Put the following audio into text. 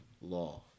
law